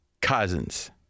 Cousins